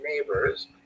neighbors